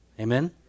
Amen